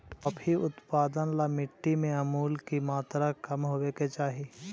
coffee उत्पादन ला मिट्टी में अमूल की मात्रा कम होवे के चाही